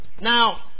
now